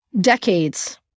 Decades